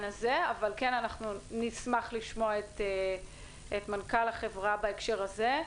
הזה אבל כן נשמח לשמוע את מנכ"ל החברה בהקשר הזה.